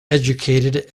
educated